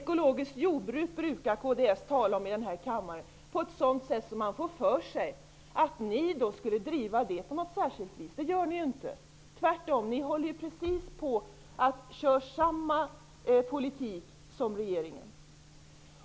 Kds brukar tala om ekologiskt jordbruk på ett sätt som skulle kunna få en att tro att kds driver den frågan på ett speciellt sätt. Men det är ju tvärtom så att kds för samma politik som regeringen.